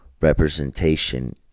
representation